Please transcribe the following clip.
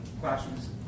classrooms